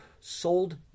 sold